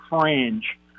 fringe